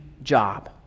Job